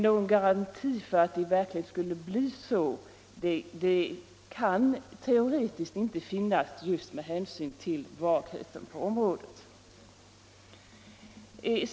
Någon garanti för att det i verkligheten skulle bli så kan inte lämnas på grund av vagheten på området.